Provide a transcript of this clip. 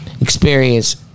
Experience